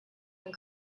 and